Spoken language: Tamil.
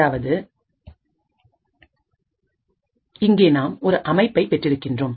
அதாவது இங்கே நாம் ஒரு அமைப்பை பெற்றிருக்கின்றோம்